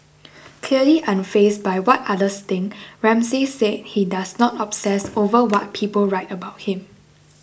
clearly unfazed by what others think Ramsay said he does not obsess over what people write about him